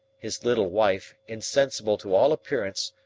his little wife, insensible to all appearance,